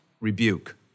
Rebuke